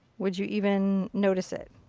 would you even notice it?